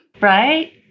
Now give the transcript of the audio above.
Right